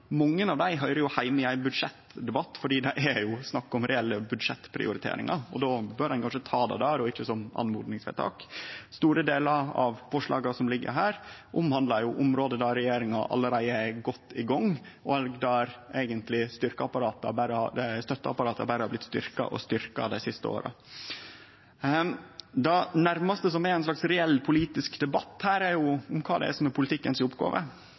Mange av dei høyrer heime i ein budsjettdebatt fordi det er snakk om reelle budsjettprioriteringar. Då bør ein kanskje ta det der og ikkje som oppmodingsvedtak. Store delar av forslaga som ligg her, handlar om område der regjeringa allereie er godt i gang, og der støtteapparata eigentleg berre har blitt styrkte og styrkte dei siste åra. Det nærmaste som er ein slags reell politisk debatt her, er om kva som er